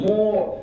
More